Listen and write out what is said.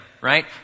right